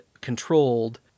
controlled